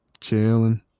chilling